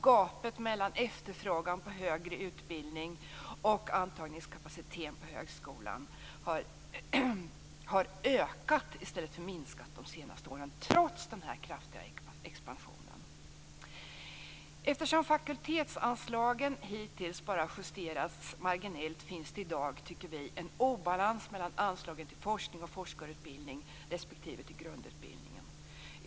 Gapet mellan efterfrågan på högre utbildning och antagningskapaciteten på högskolan har ökat i stället för minskat de senaste åren, trots den kraftiga expansionen. Eftersom fakultetsanslagen hittills bara justerats marginellt finns det i dag, tycker vi, en obalans mellan anslagen till forskning och forskarutbildning respektive till grundutbildningen.